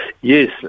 yes